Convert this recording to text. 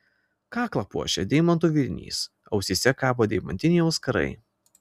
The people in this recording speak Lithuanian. kaklą puošia deimantų vėrinys ausyse kabo deimantiniai auskarai